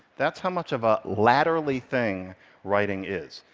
that's how much of a latterly thing writing is.